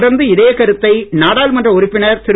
தொடர்ந்து இதே கருத்தை நாடாளுமன்ற உறுப்பினர் திரு